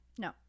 no